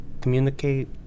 communicate